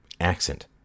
accent